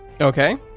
okay